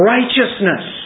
Righteousness